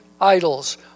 idols